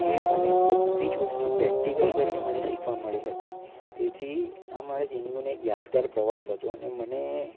કે મને બધી જ વસ્તુ પ્રૅક્ટિકલ કરીને મને શીખવા મળી હતી તેથી આ મારી જિંદગીનો એક યાદગાર પ્રવાસ હતો અને મને